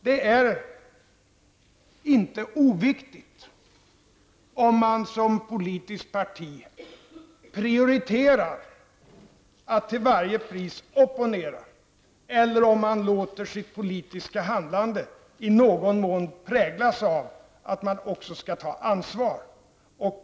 Det är inte oviktigt om ett politiskt parti prioriterar att till varje pris opponera eller om det låter sitt politiska handlande i någon mån präglas av att man också skall ta ansvar.